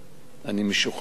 אני משוכנע.